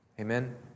Amen